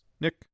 Nick